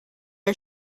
are